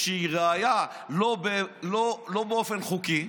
איזושהי ראיה לא באופן חוקי,